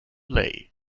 lay